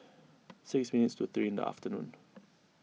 six minutes to three in the afternoon